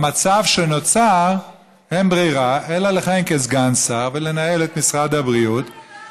במצב שנוצר אין לו ברירה אלא לכהן כסגן שר ולנהל את משרד הבריאות,